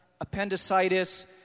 appendicitis